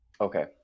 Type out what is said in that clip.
Okay